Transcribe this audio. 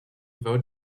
vote